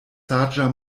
saĝa